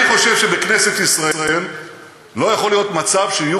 אני חושב שבכנסת ישראל לא יכול להיות מצב שיהיו